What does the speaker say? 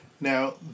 Now